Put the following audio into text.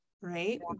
right